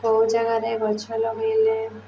କେଉଁ ଜାଗାରେ ଗଛ ଲଗାଇଲେ